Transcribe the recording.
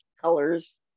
colors